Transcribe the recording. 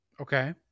Okay